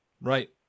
Right